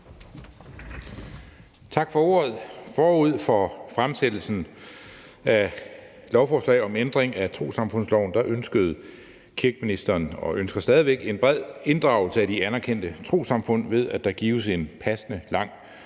Tak for ordet. Forud for fremsættelsen af lovforslaget om ændring af trossamfundsloven ønskede kirkeministeren, og det ønsker hun stadig væk, en bred inddragelse af de anerkendte trossamfund, ved at der gives en passende lang